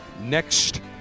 next